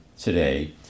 today